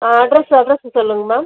ஆ address address சொல்லுங்கள் ma'am